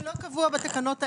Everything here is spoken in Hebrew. זה לא קבוע בתקנות האלה.